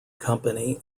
company